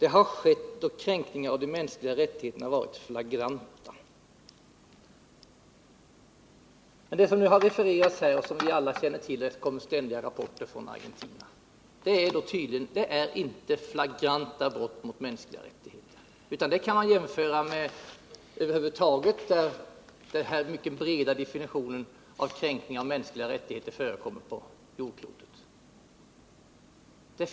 Det har skett då kränkningarna av de mänskliga rättigheterna varit flagranta ——--.” Men det som har refererats här och som vi alla känner till, eftersom det kommer ständiga rapporter härom från Argentina, skall inte anses vara flagranta brott mot mänskliga rättigheter, utan det kan tydligen jämföras med att kränkningar av mänskliga rättigheter enligt den här mycket breda definitionen förekommer på jordklotet.